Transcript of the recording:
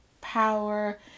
Power